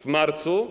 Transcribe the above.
W marcu: